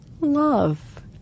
love